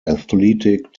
athletic